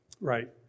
Right